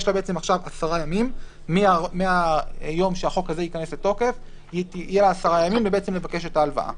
יש לה עשרה ימים מהיום שהחוק הזה יכנס לתוקף לבקש את ההלוואה.